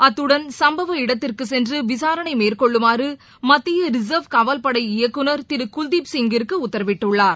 அத்தடன் சம்பவ இடத்திற்குசென்றுவிசாரனைமேற்கொள்ளுமாறுமத்தியரிசா்வ் காவல்படை இயக்குநர் திரு குல்தீப் சிங்கிற்குஉத்தரவிட்டுள்ளார்